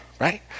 right